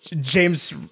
James